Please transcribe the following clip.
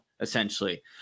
essentially